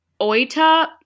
Oita